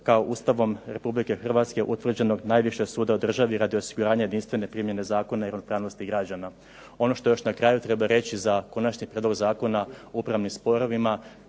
kao Ustavom RH utvrđenog najvišeg suda u državi radi osiguranja jedinstvene primjene zakona i ravnopravnosti građana. Ono što još na kraju treba reći za konačni prijedlog Zakona o upravnim sporovima,